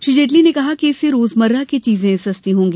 श्री जेटली ने कहा कि इससे रोजमर्रा की चीजें सस्ती होंगी